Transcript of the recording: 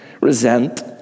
resent